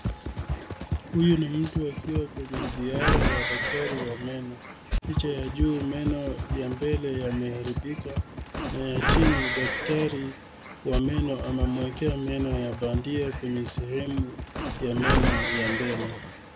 Huyu ni mtu akiwa kwenye ziara ya daktari wa meno. Picha ya juu meno ya mbele yameharibika na ya chini daktari wa meno anamwekea meno ya bandia kwenye sehemu ya meno ya mbele.